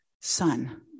Son